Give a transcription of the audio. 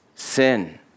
Sin